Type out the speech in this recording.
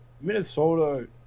minnesota